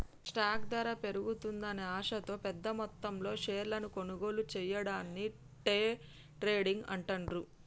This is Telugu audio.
స్టాక్ ధర పెరుగుతుందనే ఆశతో పెద్దమొత్తంలో షేర్లను కొనుగోలు చెయ్యడాన్ని డే ట్రేడింగ్ అంటాండ్రు